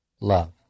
love